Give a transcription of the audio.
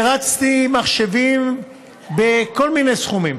הרצתי במחשבים כל מיני סכומים